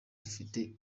dufite